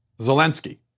Zelensky